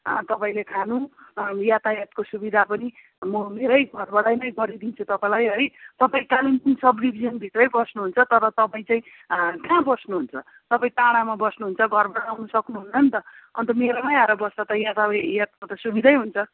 तपाईँले खानु यतायातको सुविधा पनि म मेरै घरबाटै गरिदिन्छु तपाईँलाई है तपाईँ कालिम्पोङ सब डिभिजन भित्रै बस्नुहुन्छ तर तपाईँ चाहिँ कहाँ बस्नुहुन्छ तपाईँ टाढामा बस्नुहुन्छ घरबाट आउन सक्नुहुन्न नि त अन्त मेरोमै आएर बस्दा त यातायातको सुविधै हुन्छ